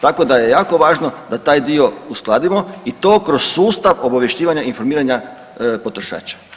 Tako da je jako važno da taj dio uskladimo i to kroz sustav obavještavanja informiranja potrošača.